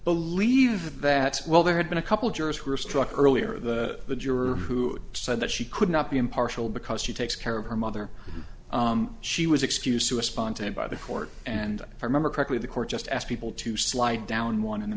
believe that well there had been a couple jurors who were struck earlier that the juror who said that she could not be impartial because she takes care of her mother she was excused to respond to him by the court and i remember correctly the court just asked people to slide down one in the